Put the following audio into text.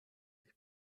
sich